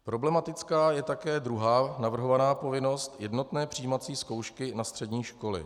Problematická je také druhá navrhovaná povinnost jednotné přijímací zkoušky na střední školy.